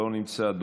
לא נמצא,